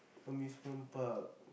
amusement park